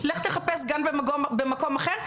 לך תחפש גן במקום אחר,